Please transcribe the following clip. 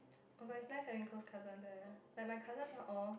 but it's nice having close cousins eh like my cousins are all